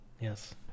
yes